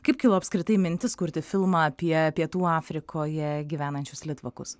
kaip kilo apskritai mintis kurti filmą apie pietų afrikoje gyvenančius litvakus